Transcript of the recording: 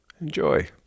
Enjoy